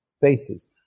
faces